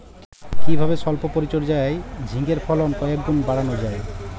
কিভাবে সল্প পরিচর্যায় ঝিঙ্গের ফলন কয়েক গুণ বাড়ানো যায়?